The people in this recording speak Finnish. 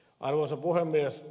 arvoisa puhemies